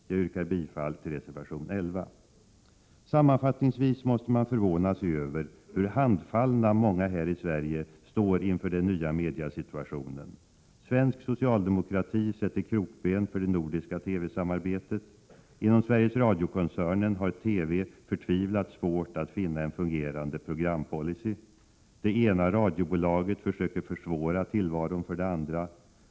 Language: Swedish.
Jag yrkar bifall till reservation 11. Sammanfattningsvis måste man förvåna sig över hur handfallna många här i Sverige står inför den nya mediasituationen. Svensk socialdemokrati sätter krokben för det nordiska TV-samarbetet. Inom Sveriges Radio-koncernen har TV förtvivlat svårt att finna en fungerande programpolicy. Det ena radiobolaget försöker försvåra tillvaron för det andra.